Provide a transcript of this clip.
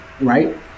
right